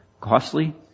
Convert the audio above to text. costly